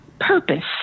purpose